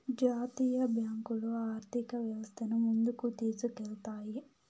జాతీయ బ్యాంకులు ఆర్థిక వ్యవస్థను ముందుకు తీసుకెళ్తాయి